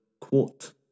quote